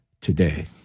today